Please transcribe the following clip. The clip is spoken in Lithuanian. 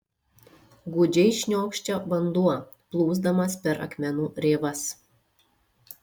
gūdžiai šniokščia vanduo plūsdamas per akmenų rėvas